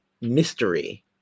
mystery